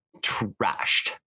trashed